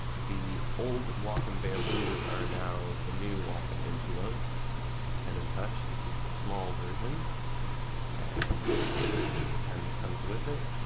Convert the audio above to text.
the old wacom bamboo is now the new wacom intuos pen and touch. this is the small version and this is the pen that comes with it.